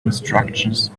instructions